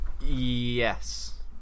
Yes